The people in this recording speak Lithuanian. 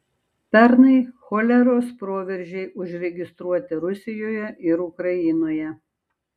pernai choleros proveržiai užregistruoti rusijoje ir ukrainoje